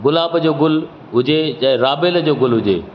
गुलाब जो गुलु हुजे चाहे राबेल जो गुलु हुजे